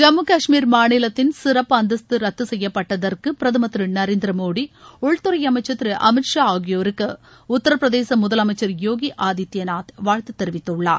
ஜம்மு கஷ்மீர் மாநிலத்தின் சிறப்பு அந்தஸ்து ரத்து செய்யப்பட்டதற்கு பிரதமர் திரு நரேந்திர மோடி உள்துறை அமைச்சர் திரு அமித் ஷா ஆகியோருக்கு உத்தரபிரதேச முதலமைச்சர் யோகி ஆதித்தியநாத் வாழ்த்து தெரிவித்துள்ளார்